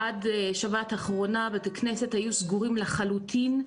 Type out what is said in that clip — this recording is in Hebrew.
עד שבת האחרונה בתי הכנסת היו סגורים לחלוטין.